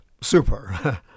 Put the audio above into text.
super